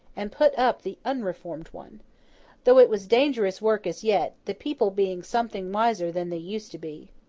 and put up the unreformed one though it was dangerous work as yet, the people being something wiser than they used to be.